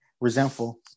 resentful